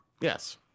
Yes